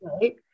Right